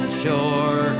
sure